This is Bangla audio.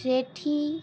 শেট্টি